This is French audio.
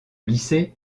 lycée